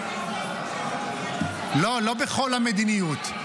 --- לא, לא בכל המדיניות.